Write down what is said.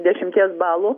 dešimties balų